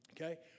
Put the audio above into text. Okay